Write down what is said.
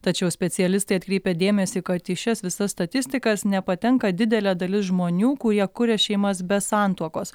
tačiau specialistai atkreipia dėmesį kad į šias visas statistikas nepatenka didelė dalis žmonių kurie kuria šeimas be santuokos